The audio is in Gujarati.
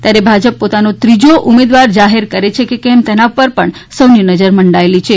ત્યારે ભાજપ પોતાનો ત્રીજો ઉમેદવાર જાહેર કરે છે કે કેમ તેના ઉપર પણ સૌની નજર મંડાયેલી છે